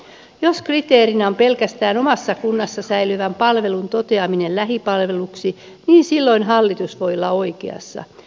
jos kriteerinä on pelkästään omassa kunnassa säilyvän palvelun toteaminen lähipalveluksi niin silloin hallitus voi olla oikeassa